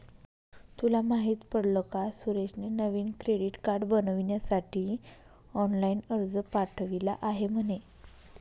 तुला माहित पडल का सुरेशने नवीन क्रेडीट कार्ड बनविण्यासाठी ऑनलाइन अर्ज पाठविला आहे म्हणे